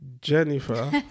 jennifer